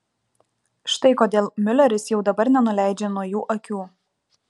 štai kodėl miuleris jau dabar nenuleidžia nuo jų akių